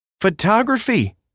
photography